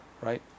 right